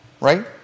right